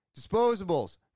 Disposables